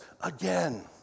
again